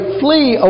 flee